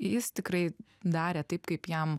jis tikrai darė taip kaip jam